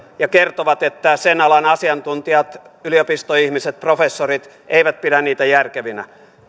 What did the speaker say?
ja kertovat että sen alan asiantuntijat yliopistoihmiset professorit eivät pidä niitä järkevinä